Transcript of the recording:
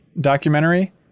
documentary